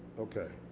okay.